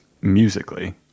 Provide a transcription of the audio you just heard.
musically